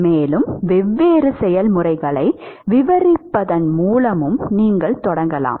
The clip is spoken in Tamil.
மேலும் வெவ்வேறு செயல்முறைகளை விவரிப்பதன் மூலமும் நீங்கள் தொடங்கலாம்